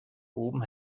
oben